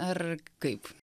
ar kaip